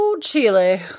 Chile